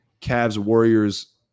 Cavs-Warriors